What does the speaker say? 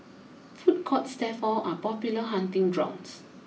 food courts therefore are popular hunting grounds